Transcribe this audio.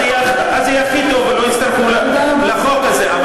אז זה יהיה הכי טוב ולא יצטרכו את החוק הזה.